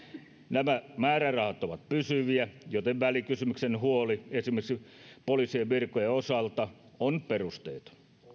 nämä määrärahat ovat pysyviä joten välikysymyksen huoli esimerkiksi poliisien virkojen osalta on perusteeton